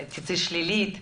אבל